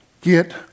get